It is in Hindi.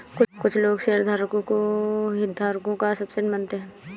कुछ लोग शेयरधारकों को हितधारकों का सबसेट मानते हैं